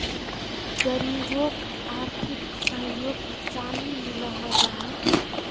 गरीबोक आर्थिक सहयोग चानी मिलोहो जाहा?